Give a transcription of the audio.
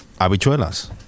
Habichuelas